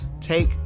Take